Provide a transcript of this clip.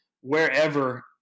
wherever